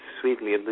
sweetly